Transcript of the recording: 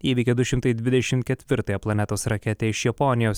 įveikė du šimtai dvidešimt ketvirtąją planetos raketę iš japonijos